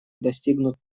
достигнут